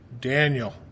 Daniel